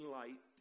light